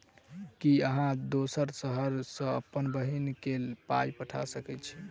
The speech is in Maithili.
की अहाँ दोसर शहर सँ अप्पन बहिन केँ पाई पठा सकैत छी?